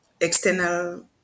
external